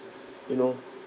you know